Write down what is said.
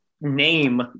name